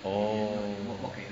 orh